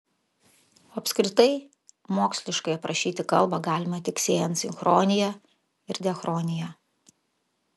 o apskritai moksliškai aprašyti kalbą galima tik siejant sinchronija ir diachroniją